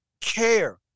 care